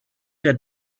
der